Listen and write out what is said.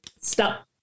Stop